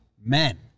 men